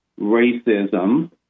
racism